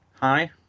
Hi